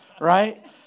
right